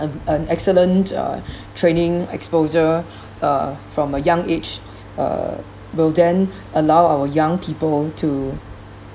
an excellent uh training exposure uh from a young age uh will then allow our young people to